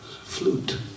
flute